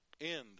end